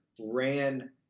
ran